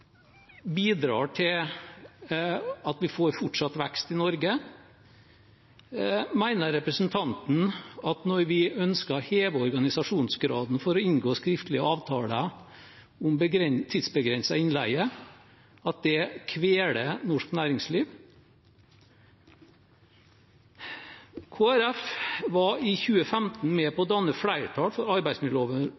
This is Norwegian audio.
bidrar til at vi får fortsatt vekst i Norge? Mener representanten at når vi ønsker å heve organisasjonsgraden for å inngå skriftlige avtaler om tidsbegrenset innleie, vil det kvele norsk næringsliv? Kristelig Folkeparti var i 2015 med på